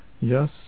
Yes